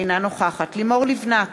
אינה נוכחת לימור לבנת,